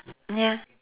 ya